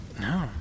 No